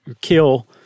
kill—